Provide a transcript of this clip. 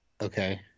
Okay